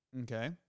Okay